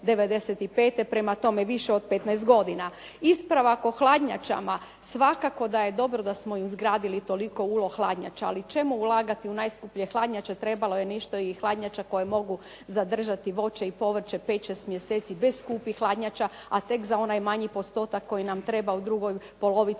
95., prema tome više od 15 godina. Ispravak o hladnjačama, svakako da je dobro da smo izgradili toliko ulo hladnjača ali čemu ulagati u najskuplje hladnjače, trebalo je nešto i hladnjača koje mogu zadržati voće i povrće pet, šest mjeseci bez skupih hladnjača a tek za onaj manji postotak koji nam treba u drugoj polovici